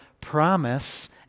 promise